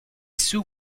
sous